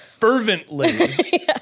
Fervently